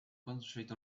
concentrate